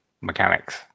mechanics